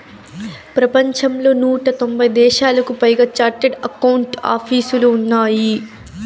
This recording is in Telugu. ప్రపంచంలో నూట తొంభై దేశాలకు పైగా చార్టెడ్ అకౌంట్ ఆపీసులు ఉన్నాయి